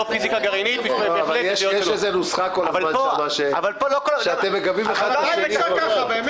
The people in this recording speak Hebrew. אבל יש נוסחה, בה אתם מגבים אחד את השני כל הזמן.